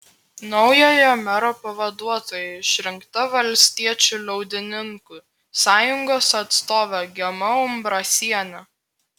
naujojo mero pavaduotoja išrinkta valstiečių liaudininkų sąjungos atstovė gema umbrasienė